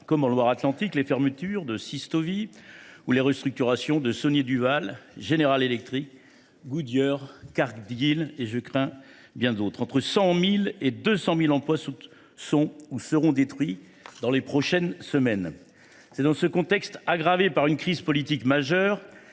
cas en Loire Atlantique, avec les fermetures de Systovi, ou les restructurations de Saulnier Duval, General Electric, Goodyear, Cargill et, je le crains, bien d’autres. Entre 100 000 et 200 000 emplois sont ou seront détruits dans les prochaines semaines. C’est dans ce contexte aggravé par une crise politique majeure